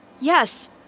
Yes